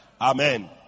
Amen